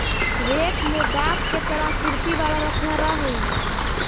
rake में दाँत के तरह आकृति वाला रचना रहऽ हई